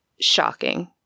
shocking